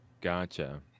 Gotcha